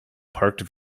parked